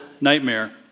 nightmare